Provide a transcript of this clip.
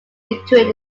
between